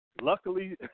Luckily